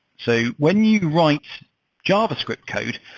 so when you write javascript code,